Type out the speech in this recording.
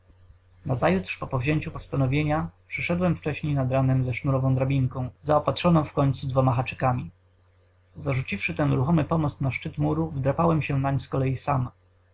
nazajutrz po powzięciu postanowienia przyszedłem wcześniej nad ranem ze sznurową drabinką zaopatrzoną u końca dwoma haczkami zarzuciwszy ten ruchomy pomost na szczyt muru wdrapałem się nań z kolei sam